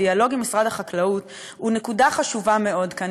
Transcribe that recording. הדיאלוג עם משרד החקלאות הוא נקודה חשובה מאוד כאן,